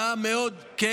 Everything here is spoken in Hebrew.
הצעה מאוד, אתה מאמין לזה?